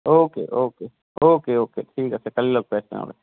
okay okay okay okay ঠিক আছে কালি লগ পাই আছোঁ অঁ